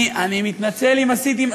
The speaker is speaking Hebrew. אני מתנצל אם עשיתי.